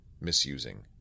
misusing